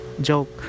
joke